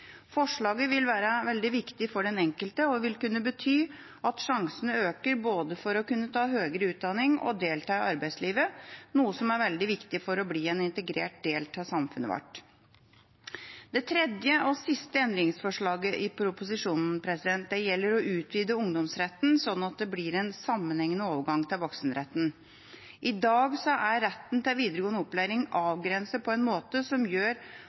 Forslaget vil være veldig viktig for den enkelte, og det vil kunne bety at sjansene øker både for å kunne ta høyere utdanning og for å delta i arbeidslivet, noe som er veldig viktig for å bli en integrert del av samfunnet vårt. Det tredje og siste endringsforslaget i proposisjonen gjelder å utvide ungdomsretten slik at det blir en sammenhengende overgang til voksenretten. I dag er retten til videregående opplæring avgrenset på en måte som gjør